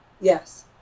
Yes